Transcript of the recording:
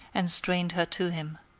and strained her to him.